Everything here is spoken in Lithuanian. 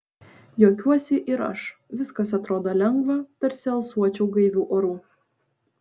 juokiuosi ir aš viskas atrodo lengva tarsi alsuočiau gaiviu oru